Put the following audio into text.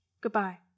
Goodbye